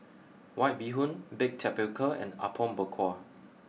White Bee Hoon Baked Tapioca and Apom Berkuah